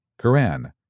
quran